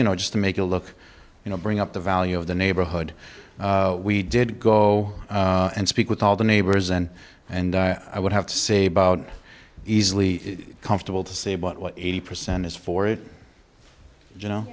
you know just to make it look you know bring up the value of the neighborhood we did go and speak with all the neighbors and and i would have to say about easily comfortable to say but what eighty percent is for it you know